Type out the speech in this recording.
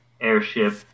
airship